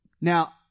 Now